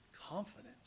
confidence